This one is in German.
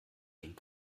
ging